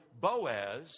Boaz